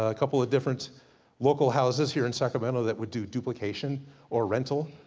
a couple of different local houses here in sacramento, that would do duplication or rental.